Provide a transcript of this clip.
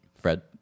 Fred